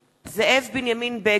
(קוראת בשמות חברי הכנסת) זאב בנימין בגין,